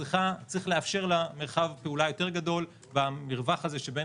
צריך לאפשר לה מרחב פעולה יותר גדול במרווח הזה שבין